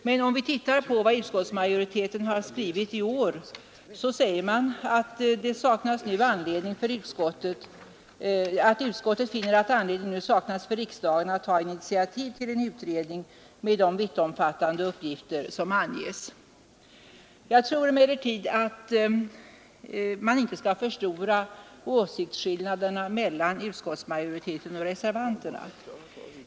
Men i år har utskottsmajoriteten skrivit 135 att utskottet finner ”att anledning nu saknas för riksdagen att ta initiativ till en utredning med de vittomfattande uppgifter som anges i motionen”. Jag tror emellertid att man inte skall förstora åsiktsskillnaderna mellan utskottsmajoriteten och reservanterna.